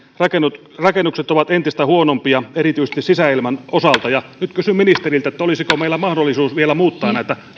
rakennukset rakennukset ovat entistä huonompia erityisesti sisäilman osalta nyt kysyn ministeriltä olisiko meillä mahdollisuus vielä muuttaa näitä